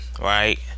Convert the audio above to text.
right